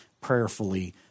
prayerfully